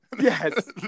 Yes